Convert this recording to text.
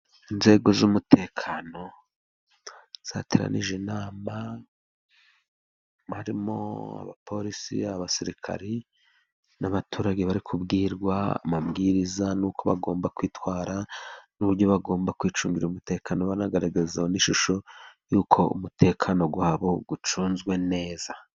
Inzego z'umutekano zateranije inama, barimo abaporisi, abasirikari n'abaturage. Bari kubwirwa amabwiriza n'uko bagomba kwitwara, n'uburyo bagomba kwicungira umutekano, banagaragaza n'ishusho y'uko umutekano wabo ucunzwe neza.